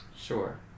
Sure